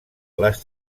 les